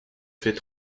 faits